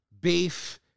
beef